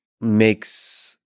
makes